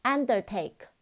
Undertake